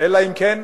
אני עוזר לך.